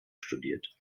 studiert